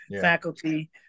faculty